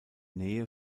nähe